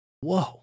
Whoa